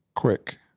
quick